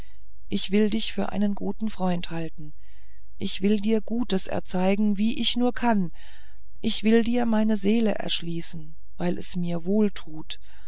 ich will dich für meinen freund halten ich will dir gutes erzeigen wie ich nur kann ich will dir meine seele erschließen weil es mir wohl tut